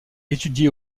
étudié